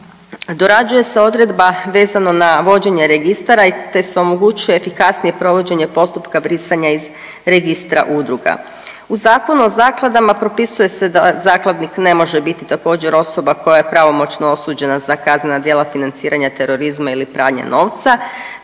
Dorađuje se odredba vezano na vođenje registara te se omogućuje efikasnije provođenje postupka brisanja iz Registra udruga. U Zakonu o zakladama propisuje se da zakladnik ne može biti također osoba koja je pravomoćno osuđena za kaznena djela financiranja terorizma ili pranje novca